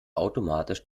automatisch